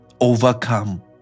Overcome